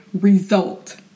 result